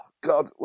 God